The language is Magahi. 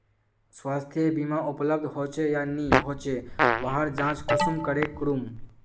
स्वास्थ्य बीमा उपलब्ध होचे या नी होचे वहार जाँच कुंसम करे करूम?